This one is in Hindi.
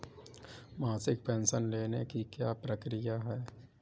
मासिक पेंशन लेने की क्या प्रक्रिया है?